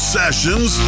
sessions